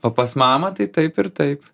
o pas mamą tai taip ir taip